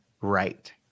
right